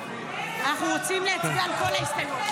אנחנו רוצים להצביע על כל ההסתייגויות,